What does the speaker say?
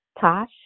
Tosh